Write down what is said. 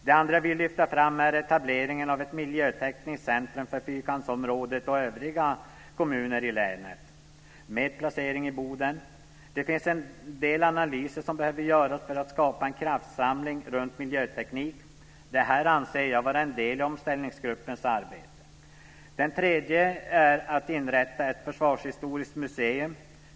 Det andra jag vill lyfta fram är etableringen av ett miljötekniskt centrum för fyrkantsområdet och övriga kommuner i länet med placering i Boden. Det finns en del analyser som behöver göras för att skapa en kraftsamling runt miljöteknik. Det här anser jag vara en del i omställningsgruppens arbete. Det tredje jag vill ta upp är att inrätta ett försvarshistoriskt museum.